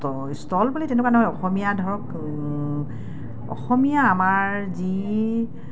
stall বুলি তেনেকুৱা নহয় অসমীয়া ধৰক অসমীয়া আমাৰ যি